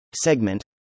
Segment